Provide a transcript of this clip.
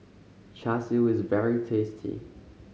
Char Siu is very tasty